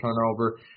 turnover